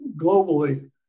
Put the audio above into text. globally